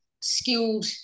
skilled